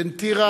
בין טירה,